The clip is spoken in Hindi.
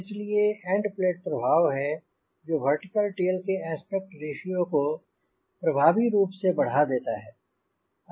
इसलिए एन्ड प्लेट प्रभाव है जो वर्टिकल टेल के एस्पेक्ट रेश्यो को प्रभावी रूप से बढ़ा देता है